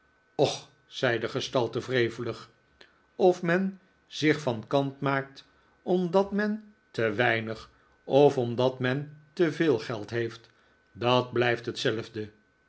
och zei de gestalte wrevelig of men zich van kant maakt omdat men te weinig of omdat men te veel geld heeft dat blijft hetzelfde